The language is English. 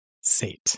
sate